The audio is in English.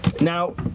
Now